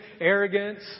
arrogance